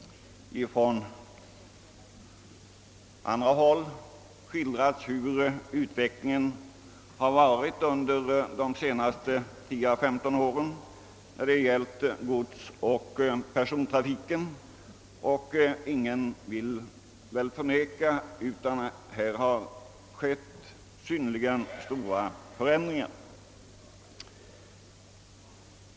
Från andra håll har man skildrat utvecklingen under de senaste 10 å 15 åren i fråga om godsoch persontrafiken, och ingen vill väl förneka att här har skett synnerligen stora förändringar.